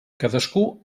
cadascú